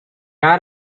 are